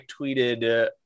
tweeted